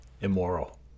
Immoral